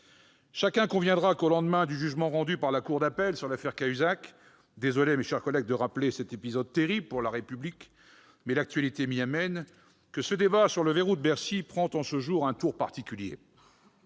Chacun conviendra que, au lendemain du jugement rendu par la cour d'appel sur l'affaire Cahuzac- je suis désolé, mes chers collègues, de rappeler cet épisode terrible pour la République, mais l'actualité m'y amène -, ce débat sur le « verrou de Bercy » prend un tour particulier.